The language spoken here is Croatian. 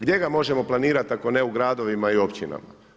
Gdje ga možemo planirati ako ne u gradovima i općinama.